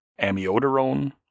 amiodarone